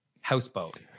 houseboat